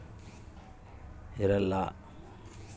ನಾವು ಬೆಳೆಯುವ ಬೆಳೆಗೆ ಸರಿಯಾದ ಬೆಲೆ ಯಾಕೆ ಇರಲ್ಲಾರಿ?